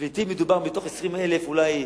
בפליטים מדובר, מתוך 20,000 אולי,